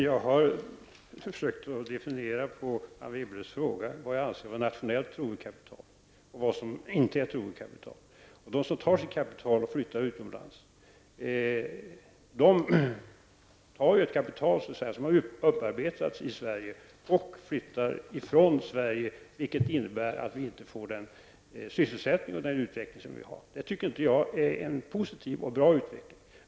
Herr talman! Som svar på Anne Wibbles fråga har jag försökt att definiera vad jag anser vara nationellt troget kapital och vad som inte är troget kapital. Det finns de som tar sitt kapital och flyttar utomlands. De tar ett kapital som har upparbetats i Sverige och flyttar ifrån Sverige, vilket innebär att vi inte får den sysselsättning och utveckling som vi vill ha. Denna utveckling tycker jag inte är positiv och bra.